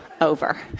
Over